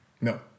No